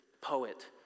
poet